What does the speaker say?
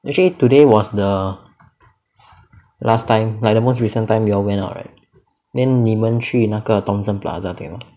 actually today was the last time like the most recent time you all went out right then 你们去那个 thomson plaza 对吗